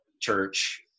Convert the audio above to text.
church